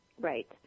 Right